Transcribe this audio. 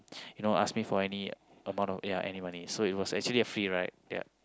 you know ask me for any amount of money so actually it was a free ride